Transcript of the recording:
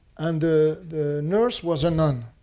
and the the nurse was a nun.